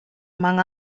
among